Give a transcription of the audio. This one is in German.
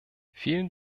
vielen